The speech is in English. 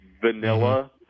vanilla